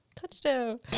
Touchdown